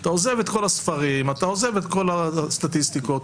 אתה עוזב את כל הספרים ואת כל הביקורת והסטטיסטיקות,